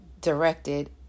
directed